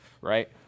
Right